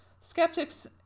skeptics